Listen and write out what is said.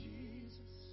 Jesus